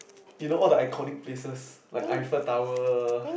you know all the iconic places like Eiffel-Tower